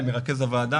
למרכז הוועדה,